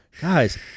guys